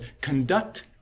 conduct